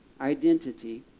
identity